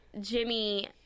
Jimmy